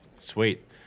sweet